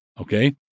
Okay